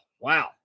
Wow